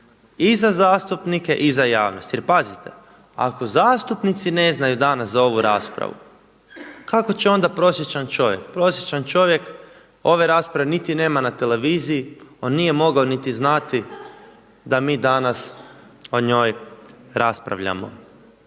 i za zastupnike i za javnost. Jer pazite! Ako zastupnici ne znaju danas za ovu raspravu, kako će onda prosječan čovjek. Prosječan čovjek ove rasprave niti nema na televiziji, on nije mogao niti znati da mi danas o njoj raspravljamo.